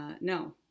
no